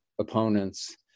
opponents